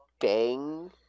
bang